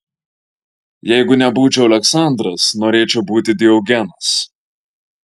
jeigu nebūčiau aleksandras norėčiau būti diogenas